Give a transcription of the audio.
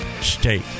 state